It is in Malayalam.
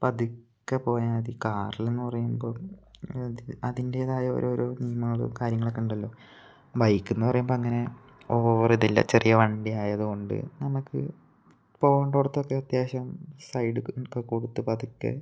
പതുക്കെ പോയാൽ മതി കാറിലെന്ന് പറയുമ്പം അതിൻ്റെതായ ഓരോരോ നിയമങ്ങളും കാര്യങ്ങൾ ഒക്കെ ഉണ്ടല്ലോ ബൈക്ക്ന്ന് പറയുമ്പം അങ്ങനെ ഓവർ ഇതില്ല ചെറിയ വണ്ടി ആയത് കൊണ്ട് നമുക്ക് പോകേണ്ട ഇടത്തൊക്കെ അത്യാവശ്യം സൈഡക്കെ കൊടുത്ത് പതുക്കെ